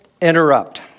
interrupt